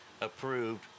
Approved